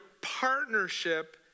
partnership